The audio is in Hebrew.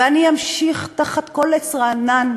ואני אמשיך, תחת כל עץ רענן,